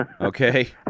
Okay